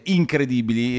incredibili